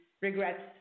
regrets